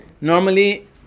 normally